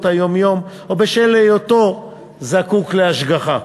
היום-יום או בשל היותו זקוק להשגחה.